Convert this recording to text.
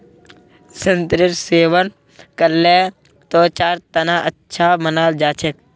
संतरेर सेवन करले त्वचार तना अच्छा मानाल जा छेक